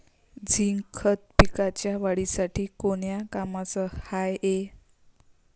Zinc खत पिकाच्या वाढीसाठी कोन्या कामाचं हाये?